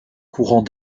courant